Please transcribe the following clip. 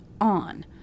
on